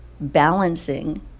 balancing